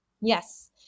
Yes